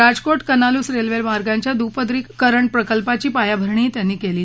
राजकोट कनालूस रव्विमांच्या दुपदरीकरण प्रकल्पाची पायाभरणीही त्यांनी क्लि